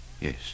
Yes